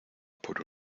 por